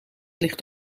ligt